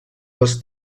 les